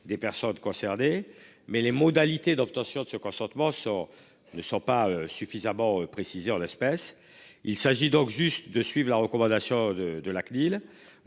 des personnes concernées mais les modalités d'obtention de ce consentement ça ne sont pas suffisamment. Après 6h l'espèce il s'agit donc juste de suivre la recommandation de de la CNIL